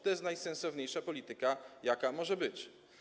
To jest najsensowniejsza polityka, jaka może być.